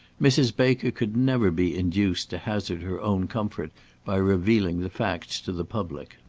mrs. baker could never be induced to hazard her own comfort by revealing the facts to the public.